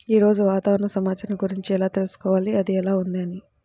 ఈరోజు వాతావరణ సమాచారం గురించి ఎలా తెలుసుకోవాలి అది ఎలా ఉంది అని?